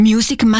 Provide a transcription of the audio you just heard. Music